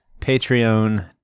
Patreon